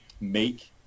make